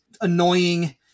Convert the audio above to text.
annoying